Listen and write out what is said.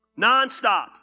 nonstop